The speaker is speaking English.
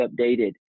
updated